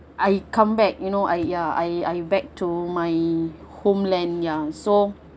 I come back you know I ya I I back to my homeland ya so